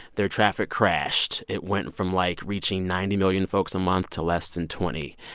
their traffic crashed. it went from, like, reaching ninety million folks a month to less than twenty.